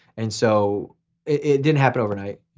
and so it didn't happen overnight.